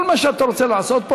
כל מה שאתה רוצה לעשות פה,